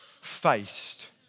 faced